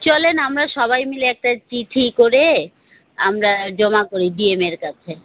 চলুন আমরা সবাই মিলে একটা চিঠি করে আমরা জমা করি ডিএমের কাছে